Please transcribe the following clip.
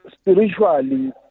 spiritually